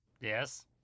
Yes